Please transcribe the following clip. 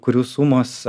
kurių sumos